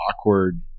awkward